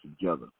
together